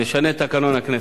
נשנה את תקנון הכנסת.